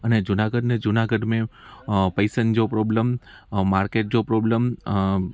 अने जूनागढ़ में जूनागढ़ में पैसनि जो प्रोब्लम ऐं मार्किट जो प्रोब्लम